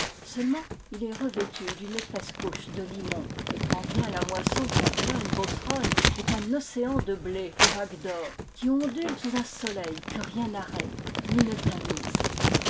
seulement il est revêtu d'une épaisse couche de limon et quand vient la moisson la plaine beauceronne est un océan de blé aux vagues d'or qui ondule sous un soleil que rien n'arrête ni ne tamise